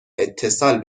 اتصال